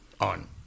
on